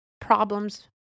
problems